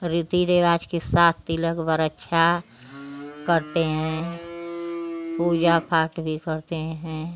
रीति रिवाज के साथ तिलक बरईछा करते हैं पूजा पाठ भी करते हैं